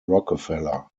rockefeller